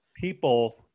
people